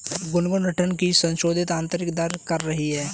Gungun return की संशोधित आंतरिक दर कर रही है